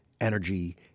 energy